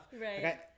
Right